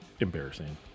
embarrassing